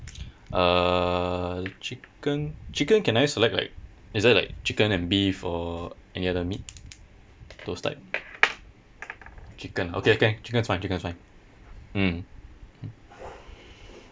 uh chicken chicken can I select like is there like chicken and beef or any other meat those type chicken okay can chicken is fine chicken is fine mm